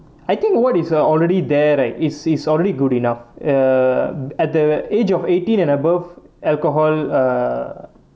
I think what is err already there right is is already good enough uh at the age of eighteen and above alcohol uh